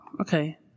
okay